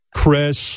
Chris